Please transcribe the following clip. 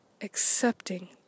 accepting